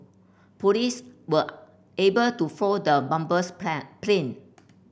police were able to foil the bomber's plan plain